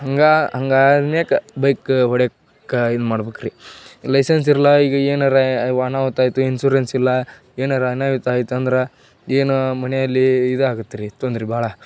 ಹಂಗೆ ಹಂಗೆ ಆದ್ಮೇಲ್ ಬೈಕು ಹೊಡಿಯಕ್ಕೆ ಇದು ಮಾಡಬೇಕ್ರಿ ಲೈಸೆನ್ಸ್ ಇರಲ್ಲ ಈಗ ಏನಾರೂ ವಾಹನ ಅನಾಹುತ ಆಯಿತು ಇನ್ಸೂರೆನ್ಸ್ ಇಲ್ಲ ಏನಾರೂ ಅನಾಹುತ ಆಯಿತು ಅಂದ್ರೆ ಏನು ಮನೆಯಲ್ಲಿ ಇದಾಗುತ್ತೆ ರೀ ತೊಂದ್ರೆ ಭಾಳ